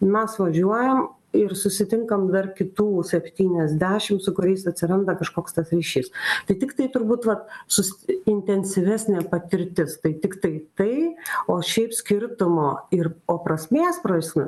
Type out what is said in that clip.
mes važiuojam ir susitinkam dar kitų septyniasdešim su kuriais atsiranda kažkoks tas ryšys tai tiktai turbūt va sus intensyvesnė patirtis tai tiktai tai o šiaip skirtumo ir o prasmės prasmė